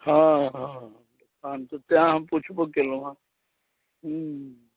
हाँ हाँ तहन तऽ तैं हम पुछबो केलहुँ हँ हूँ